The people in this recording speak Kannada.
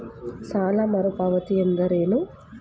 ಸಾಲ ಮರುಪಾವತಿ ಎಂದರೇನು?